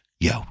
yo